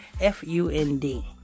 F-U-N-D